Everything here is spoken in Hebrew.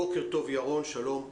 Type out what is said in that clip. בוקר טוב ירון, שלום.